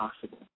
possible